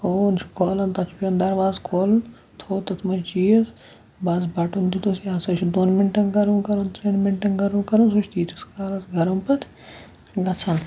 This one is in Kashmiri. اوٚوُن چھِ کھولان تَتھ چھِ پیٚوان دَرواز کھولُن تھوٚو تَتھ منٛز چیٖز بَس بَٹُن دیُٚتُس یہِ ہَسا چھِ دۄن مِنٹَن گرَم کَرُن ترٛٮ۪ن مِنٹَن گَرَم کَرُن سُہ چھِ تیٖتِس کالَس گَرَم پَتہٕ گژھان